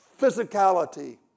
Physicality